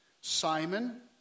Simon